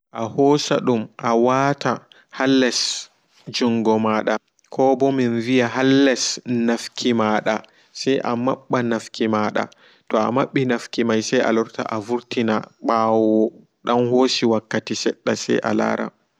Milotan gasa may wooda mi heɓa nyeɓɓam gasa miwata se mi heɓa ɓe morami mordol ɓoddum